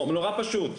נורא פשוט.